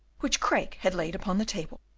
which craeke had laid upon the table,